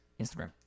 Instagram